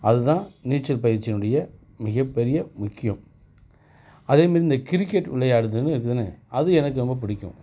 அதுதான் நீச்சல் பயிற்சியினுடைய மிகப்பெரிய முக்கியம் அதேமாரி இந்த கிரிக்கெட் விளையாடுறதுனு இருக்குது தானே அது எனக்கு ரொம்ப பிடிக்கும்